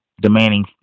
demanding